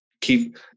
keep